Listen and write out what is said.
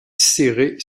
serrés